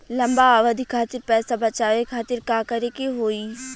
लंबा अवधि खातिर पैसा बचावे खातिर का करे के होयी?